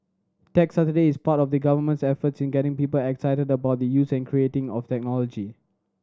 Tech Saturday is part of the Government's efforts in getting people excited about the using and creating of technology